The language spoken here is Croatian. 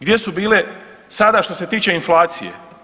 Gdje su bile sada što se tiče inflacije?